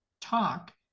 talk